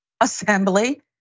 assembly